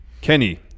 Kenny